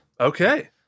Okay